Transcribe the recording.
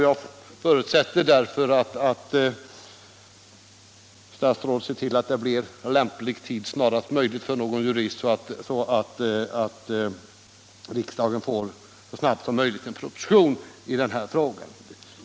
Jag förutsätter därför att statsrådet ser till att en jurist snarast möjligt får lämplig tid till detta så att riksdagen så snabbt som möjligt får en proposition i frågan.